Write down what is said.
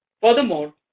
Furthermore